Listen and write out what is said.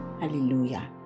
Hallelujah